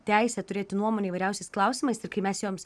teisę turėti nuomonę įvairiausiais klausimais ir kai mes joms